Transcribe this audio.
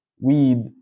weed